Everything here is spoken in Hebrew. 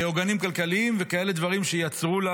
עוגנים כלכליים ודברים כאלה שייצרו לה